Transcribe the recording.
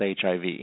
HIV